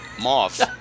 moth